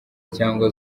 cyangwa